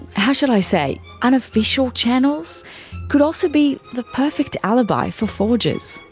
how should i say. unofficial channels could also be. the perfect alibi for forgers.